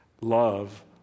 Love